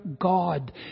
God